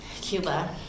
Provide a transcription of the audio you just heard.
Cuba